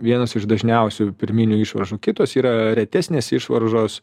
vienos iš dažniausių pirminių išvaržų kitos yra retesnės išvaržos